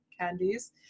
candies